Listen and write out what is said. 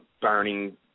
burning